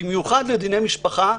במיוחד לדיני משפחה,